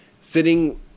Sitting